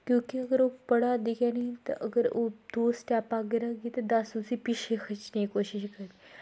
क्योंकि अगर ओह् पढ़ा दी गै नेईं अगर ओह् दो स्टैप अग्गें रौह्गी दस उस्सी पिच्छें खिच्चने दी कोशश करदे